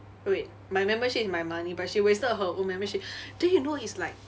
wait my membership is my money but she wasted her own membership then you know it's like